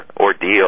ordeal